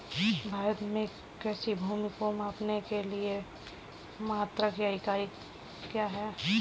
भारत में कृषि भूमि को मापने के लिए मात्रक या इकाई क्या है?